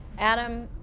adam,